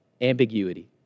ambiguity